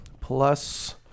plus